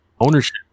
Ownership